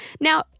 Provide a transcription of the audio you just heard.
Now